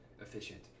efficient